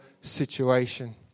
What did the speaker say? situation